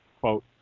quote